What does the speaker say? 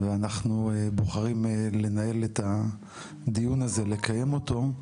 ואנחנו בוחרים לנהל את הדיון הזה, לקיים אותו,